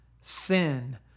sin